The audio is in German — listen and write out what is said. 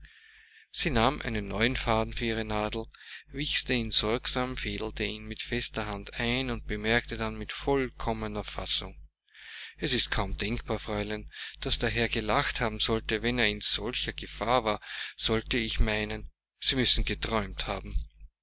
sie nahm einen neuen faden für ihre nadel wichste ihn sorgsam fädelte ihn mit fester hand ein und bemerkte dann mit vollkommener fassung es ist kaum denkbar fräulein daß der herr gelacht haben sollte wenn er in solcher gefahr war sollt ich meinen sie müssen geträumt haben